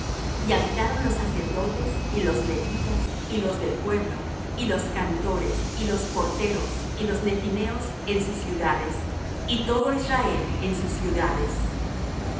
y habitaron los sacerdotes y los levitas y los del pueblo y los cantores y los porteros y los nethineos en sus ciudades y todo israel en sus ciudades